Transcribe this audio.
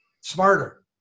smarter